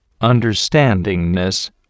understandingness